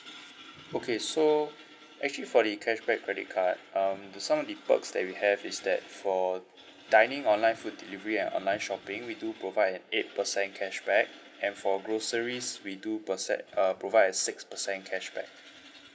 okay so actually for the cashback credit card um the some of the perks that we have is that for dining online food delivery and online shopping we do provide an eight percent cashback and for groceries we do per set uh provide a six percent cashback